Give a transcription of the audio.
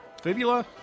Fibula